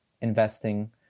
investing